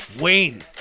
Wayne